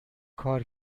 کار